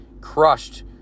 crushed